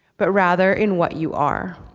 but rather in what you are.